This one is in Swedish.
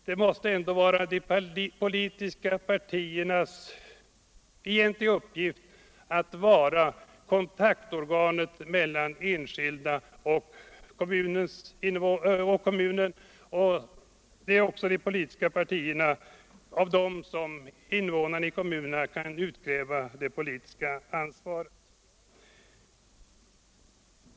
Det måste vara de politiska partiernas egentliga uppgift att vara kontaktorgan mellan enskilda och kommunen, och det är också av de politiska partierna som invånarna i kommunerna kan utkräva det politiska ansvaret.